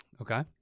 Okay